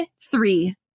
three